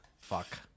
Fuck